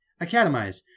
academize